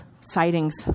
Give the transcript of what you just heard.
sightings